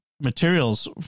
materials